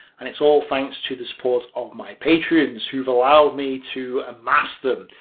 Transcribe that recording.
and it's all thanks to the support of my patreons, who've allowed me to amass them.